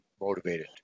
motivated